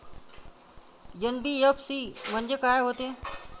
NBFC म्हणजे का होते?